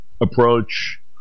approach